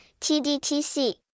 TDTC